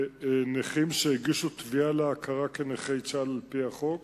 בנכים שהגישו תביעה להכרה כנכי צה"ל על-פי החוק,